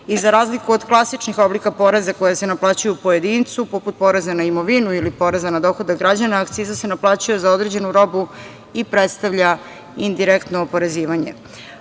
Za razliku od klasičnih oblika poreza koji se naplaćuju pojedincu, poput poreza na imovinu ili poreza na dohodak građana, akciza se naplaćuje za određenu robu i predstavlja indirektno oporezivanje. Akcizni